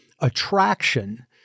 attraction